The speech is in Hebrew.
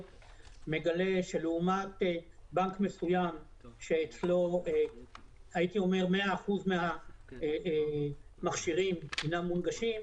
מגלה שלעומת בנק מסוים שאצלו 100% מהמכשירים הם מונגשים,